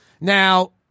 Now